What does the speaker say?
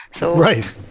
Right